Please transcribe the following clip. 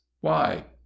Why